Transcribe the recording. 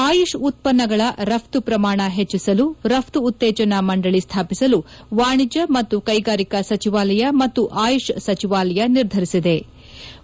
ಆಯುಷ್ ಉತ್ಪನ್ನಗಳ ರಫ್ತು ಪ್ರಮಾಣ ಹೆಚ್ಚಿಸಲು ರಫ್ತು ಉತ್ತೇಜನಾ ಮಂಡಳಿ ಸ್ಥಾಪಿಸಲು ವಾಣಿಜ್ಯ ಮತ್ತು ಕೈಗಾರಿಕಾ ಸಚಿವಾಲಯ ಮತ್ತು ಆಯುಷ್ ಸಚಿವಾಲಯ ನಿರ್ಧರಿಸಿವೆ